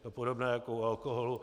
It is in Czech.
Je to podobné jako u alkoholu.